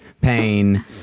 pain